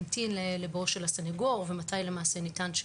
סנגור הועברו לסנגוריה הציבורית לאחר שהעצור כבר נחקר.